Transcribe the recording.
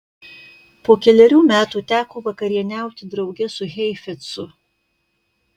po kelerių metų teko vakarieniauti drauge su heifetzu